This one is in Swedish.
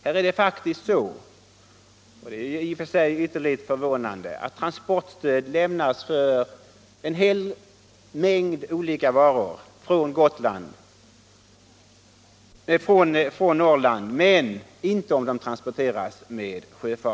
Här är det faktiskt så — och det är i och för sig ytterligt förvånande — att transportstöd lämnas för en hel mängd olika varor, men inte om de transporteras till sjöss.